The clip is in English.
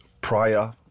prior